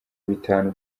bitanu